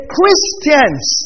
Christians